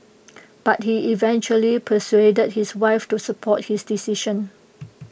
but he eventually persuaded his wife to support his decision